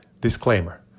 Disclaimer